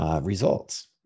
results